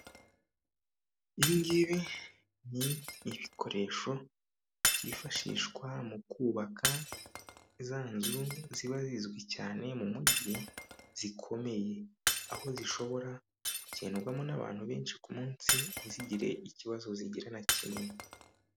Ibi ngibi ni ibikoresho byifashishwa mu kubaka za nzu ziba zizwi cyane mu mujyi zikomeye. Aho zishobora gugendwamo n'abantu benshi ku munsi, ntizigire ikibazo zigi na kimwe.